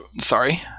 sorry